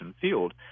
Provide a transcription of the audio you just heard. field